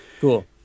Cool